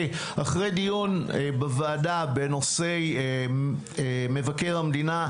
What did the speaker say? אחרי דיון בוועדה בנושא מבקר המדינה,